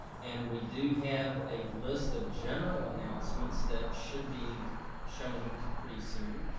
and we do have a list of general announcements that should be shown pretty soon,